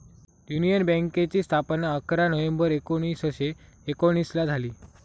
union बँकेची स्थापना अकरा नोव्हेंबर एकोणीसशे एकोनिसला झाली